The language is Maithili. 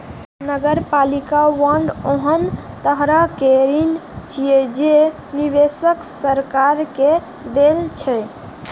नगरपालिका बांड ओहन तरहक ऋण छियै, जे निवेशक सरकार के दै छै